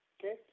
Okay